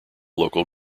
local